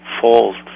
fault